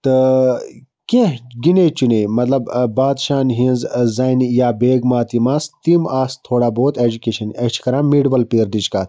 تہٕ کیٚنٛہہ گِنے چُنے مطلب ٲں بادشاہَن ہنٛز ٲں زَنہِ یا بیگمات یِم آسہٕ تِم آسہٕ تھوڑا بہت ایٚجوکیشَن أسۍ چھِ کَران مڈیوَل پیٖرڈٕچۍ کتھ